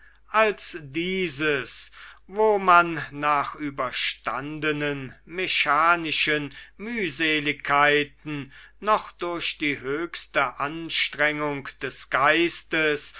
als dieses wo man nach überstandenen mechanischen mühseligkeiten noch durch die höchste anstrengung des geistes